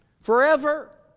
forever